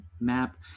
map